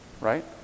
right